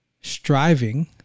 striving